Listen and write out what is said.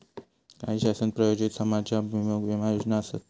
काही शासन प्रायोजित समाजाभिमुख विमा योजना आसत